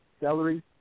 celery